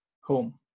home